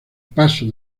paso